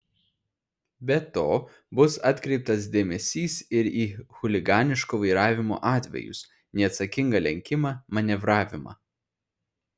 be to bus atkreiptas dėmesys ir į chuliganiško vairavimo atvejus neatsakingą lenkimą manevravimą